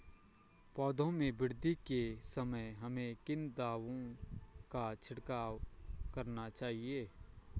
पौधों में वृद्धि के समय हमें किन दावों का छिड़काव करना चाहिए?